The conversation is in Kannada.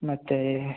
ಮತ್ತೆ